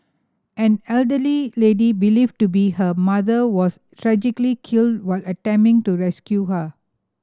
an elderly lady believed to be her mother was tragically killed while attempting to rescue her